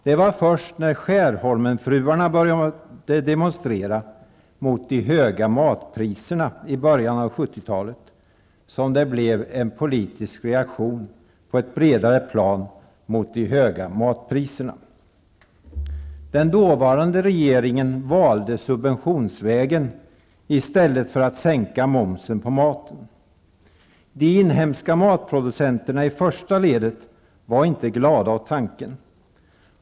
Det var först när Skärholmenfruarna började demonstrera mot de höga matpriserna i början av 70-talet som det blev en politisk reaktion på ett bredare plan. Den dåvarande regeringen valde subventionsvägen i stället för att sänka momsen på mat. De inhemska matproducenterna i första ledet var inte glada åt tanken.